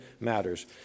matters